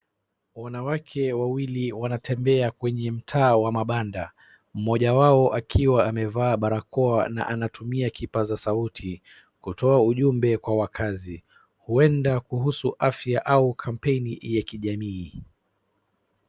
Wanawake wawili wanatembea kwenye mtaa wa mabanda. Mmoja wao akiwa amevaa barakoa na anatumia kipaza sauti kutoa ujumbe kwa wakazi. Huenda kuhusu afya au kampeni ya kijamii.